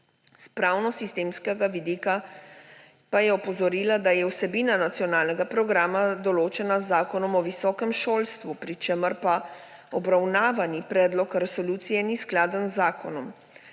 S pravnosistemskega vidika pa je opozorila, da je vsebina nacionalnega programa določena z Zakonom o visokem šolstvu, pri čemer pa obravnavani predlog resolucije ni skladen z zakonom.